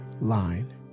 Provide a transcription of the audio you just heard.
line